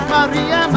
Maria